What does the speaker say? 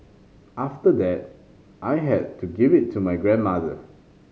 after that I had to give it to my grandmother